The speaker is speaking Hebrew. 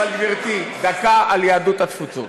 אבל גברתי, דקה על יהדות התפוצות.